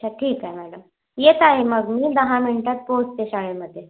अच्छा ठीक आहे मॅडम येत आहे मग मी दहा मिनिटांत पोचते शाळेमध्ये